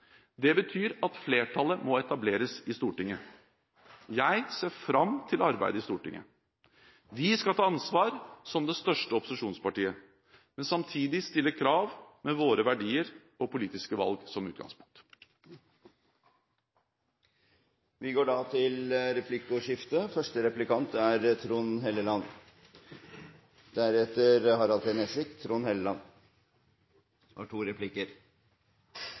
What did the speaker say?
Det betyr at flertallet må etableres i Stortinget. Jeg ser fram til arbeidet i Stortinget. Vi skal ta ansvar som det største opposisjonspartiet, men samtidig stille krav med våre verdier og politiske valg som utgangspunkt. Det blir replikkordskifte. Først: Det er en glede å få ønske Jens Stoltenberg tilbake til Stortinget som stortingsrepresentant. Velkommen hit! Det er